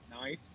nice